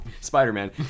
spider-man